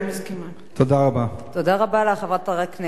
תודה רבה לך, חברת הכנסת מרינה סולודקין.